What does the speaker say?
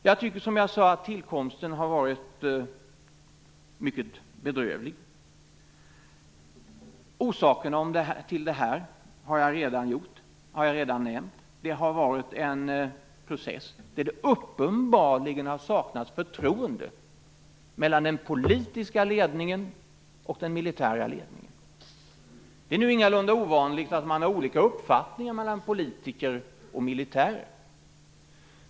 Jag tycker att tillkomsten har varit mycket bedrövlig. Orsaken till detta har jag redan nämnt. Det har varit en process där det uppenbarligen har saknats förtroende mellan den politiska ledningen och den militära ledningen. Det är ingalunda ovanligt att politiker och militärer har olika uppfattningar.